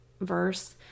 verse